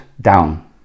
down